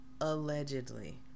allegedly